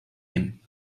him